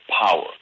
power